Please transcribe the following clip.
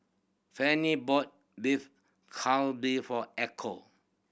Fanny bought Beef for Echo